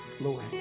Lord